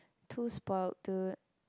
too spoilt to